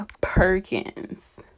Perkins